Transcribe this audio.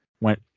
went